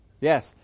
Yes